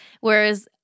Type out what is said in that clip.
Whereas